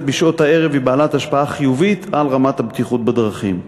בשעות הערב היא בעלת השפעה חיובית על רמת הבטיחות בדרכים.